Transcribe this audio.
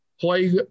play